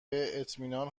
اطمینان